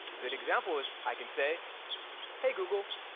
good example is i can say hey, google.